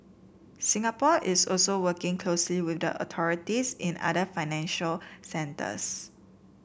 Singapore is also working closely with authorities in other financial centres